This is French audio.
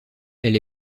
elle